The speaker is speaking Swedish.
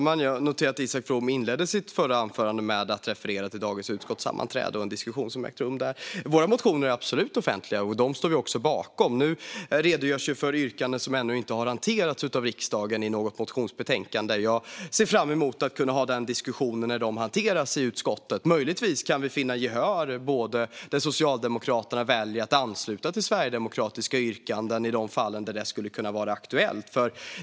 Fru talman! Isak From inledde sitt förra anförande med att referera till dagens utskottssammanträde och en diskussion som ägde rum där. Våra motioner är absolut offentliga, och vi står bakom dem. Här redogjordes ju dock för yrkanden som ännu inte har hanterats av riksdagen i något motionsbetänkande. Jag ser fram emot att kunna ha denna diskussion när de hanteras i utskottet. Möjligtvis kan vi vinna gehör så att Socialdemokraterna väljer att ansluta sig till sverigedemokratiska yrkanden i de fall där detta skulle kunna vara aktuellt.